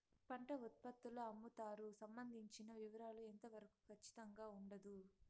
పంట ఉత్పత్తుల అమ్ముతారు సంబంధించిన వివరాలు ఎంత వరకు ఖచ్చితంగా ఉండదు?